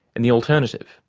and the alternative,